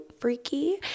freaky